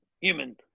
human